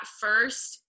first